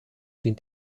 dient